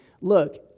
look